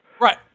Right